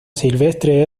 silvestre